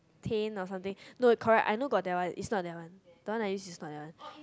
tane or something no correct I know got that one is not that one the one I use is not that one